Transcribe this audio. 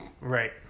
Right